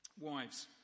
Wives